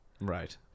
Right